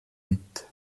mit